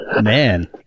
Man